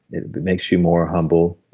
it makes you more humble.